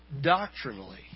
doctrinally